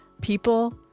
People